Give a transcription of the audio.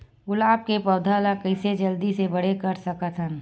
गुलाब के पौधा ल कइसे जल्दी से बड़े कर सकथन?